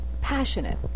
passionate